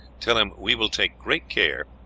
tell him we will take great care,